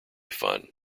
fun